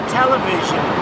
television